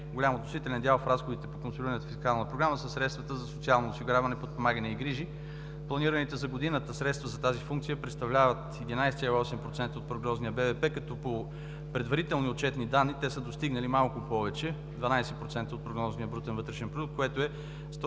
относителен дял в разходите по консолидираната фискална програма са средствата за социалното осигуряване, подпомагане и грижи. Планираните за годината средства за тази функция представляват 11,8% от прогнозния БВП, като по предварителни отчетни данни те са достигнали малко повече – 12,0% от прогнозния брутен вътрешен продукт, което е